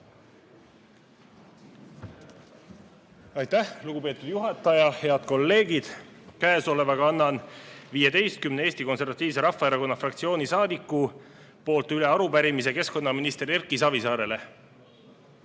Aitäh, lugupeetud juhataja! Head kolleegid! Annan Eesti Konservatiivse Rahvaerakonna fraktsiooni 15 saadiku nimel üle arupärimise keskkonnaminister Erki Savisaarele.